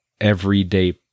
everyday